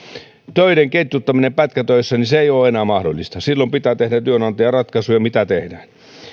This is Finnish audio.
töiden ketjuttaminen pätkätöissä ei ole enää mahdollista silloin pitää tehdä työnantajan ratkaisuja mitä tehdään